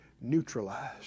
neutralized